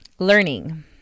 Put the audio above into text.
Learning